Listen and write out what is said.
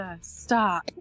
stop